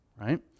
right